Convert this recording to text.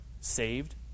Saved